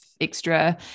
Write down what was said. extra